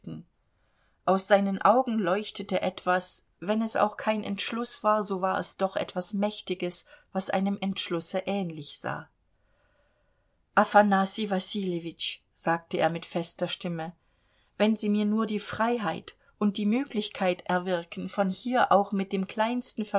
aus seinen augen leuchtete etwas wenn es auch kein entschluß war so war es doch etwas mächtiges was einem entschlusse ähnlich sah afanassij wassiljewitsch sagte er mit fester stimme wenn sie mir nur die freiheit und die möglichkeit erwirken von hier auch mit dem kleinsten